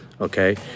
okay